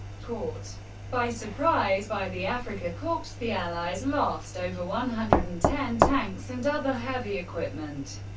caught by surprise by the afrika korps, the allies lost over one hundred and ten tanks and other heavy equipment.